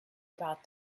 about